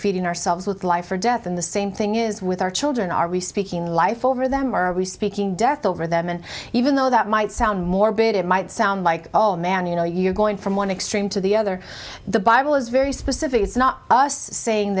feeding ourselves with life or death in the same thing is with our children are we speaking life over them are we speaking death over them and even though that might sound more bit it might sound like oh man you know you're going from one extreme to the other the bible is very specific it's not us saying